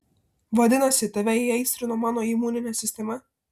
vadinasi tave įaistrino mano imuninė sistema